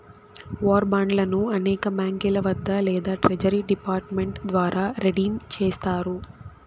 war బాండ్లను అనేక బాంకీల వద్ద లేదా ట్రెజరీ డిపార్ట్ మెంట్ ద్వారా రిడీమ్ చేస్తారు